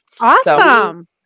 Awesome